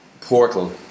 portal